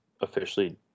officially